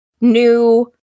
new